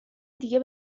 دیگه